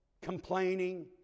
complaining